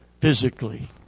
physically